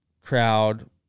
crowd